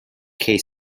case